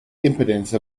impedance